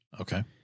Okay